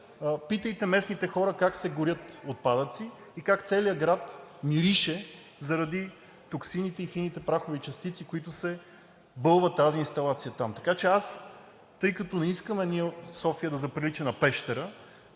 питайте местните хора в Пещера как се горят отпадъци и как целият град мирише заради токсините и фините прахови частици, които бълва тази инсталация там. Тъй като ние не искаме София да заприлича на Пещера,